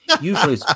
Usually